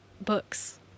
books